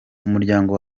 umuryango